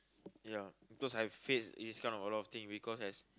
ya because I have faced this kind of a lot of thing because as